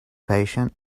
patient